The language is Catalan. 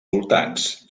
voltants